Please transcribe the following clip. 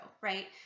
right